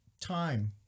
time